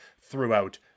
throughout